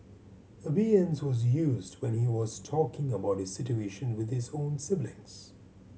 Abeyance was used when he was talking about this situation with his own siblings